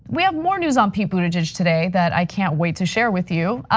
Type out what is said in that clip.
we have more news on pete buttigieg today that i can't wait to share with you.